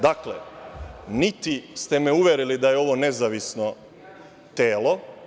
Dakle, niti ste me uverili da je ovo nezavisno telo.